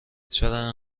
چرا